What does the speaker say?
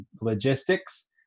logistics